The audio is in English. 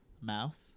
mouse